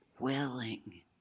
willing